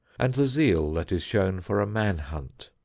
and the zeal that is shown for a man hunt,